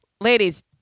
Ladies